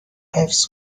حفظ